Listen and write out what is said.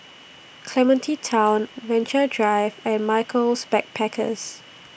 Clementi Town Venture Drive and Michaels Backpackers